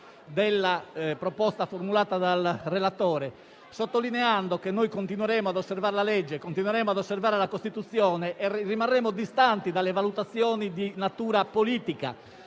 della proposta formulata dal relatore, sottolineando che continueremo ad osservare la legge e la Costituzione e rimarremo distanti dalle valutazioni di natura politica,